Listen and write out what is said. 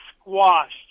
squashed